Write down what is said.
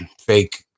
fake